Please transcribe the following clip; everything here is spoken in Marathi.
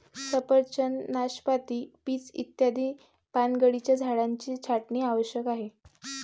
सफरचंद, नाशपाती, पीच इत्यादी पानगळीच्या झाडांची छाटणी आवश्यक आहे